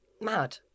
Mad